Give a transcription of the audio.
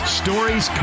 stories